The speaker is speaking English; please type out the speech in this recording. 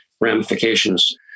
ramifications